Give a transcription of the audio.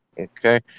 okay